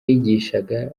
yigishaga